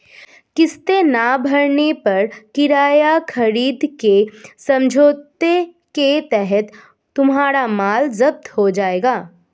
किस्तें ना भरने पर किराया खरीद के समझौते के तहत तुम्हारा माल जप्त हो जाएगा